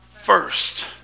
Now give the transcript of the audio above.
first